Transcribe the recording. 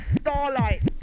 Starlight